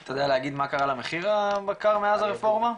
אתה יודע להגיד מה קרה למחיר הבקר מאז הרפורמה?